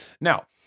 Now